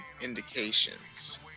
indications